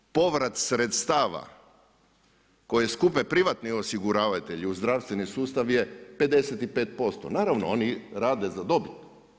Povrat sredstava koje skupe privatni osiguravatelji u zdravstveni sustav je 55%, naravno oni rade za dobit.